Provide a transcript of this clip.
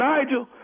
Nigel